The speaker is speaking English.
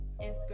Instagram